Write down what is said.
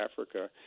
Africa